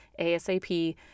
ASAP